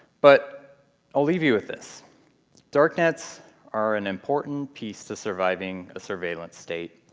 but i'll leave you with this darknets are an important piece to surviving a surveillance state.